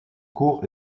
cours